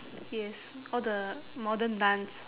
yes all the modern dance